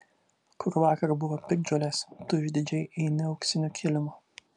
kur vakar buvo piktžolės tu išdidžiai eini auksiniu kilimu